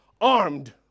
armed